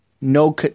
No